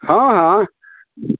हँ हँ